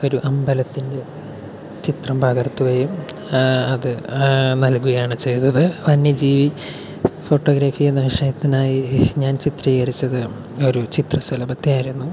ഒരു അമ്പലത്തിന്റെ ചിത്രം പകർത്തുകയും അത് നല്കുകയാണ് ചെയ്തത് വന്യജീവി ഫോട്ടോഗ്രഫി എന്ന വിഷയത്തിനായി ഞാൻ ചിത്രീകരിച്ചത് ഒരു ചിത്രശലഭത്തെ ആയിരുന്നു